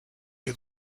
que